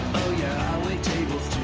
yeah, i wait tables